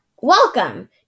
Welcome